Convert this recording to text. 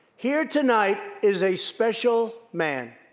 here tonight is a special man,